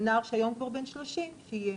זה נער שהיום כבר בן 30, שיהיה